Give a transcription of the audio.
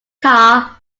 car